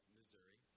Missouri